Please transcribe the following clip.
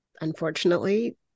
unfortunately